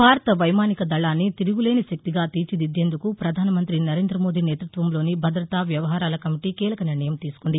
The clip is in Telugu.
భారత వైమానిక దళాన్ని తిరుగులేని శక్తిగా తీర్చిదిద్దేందుకు ప్రధానమంతి నరేంద మోదీ నేతృత్వంలోని భద్రతా వ్యవహారాల కమిటీ కీలక నిర్ణయం తీసుకుంది